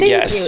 Yes